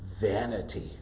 vanity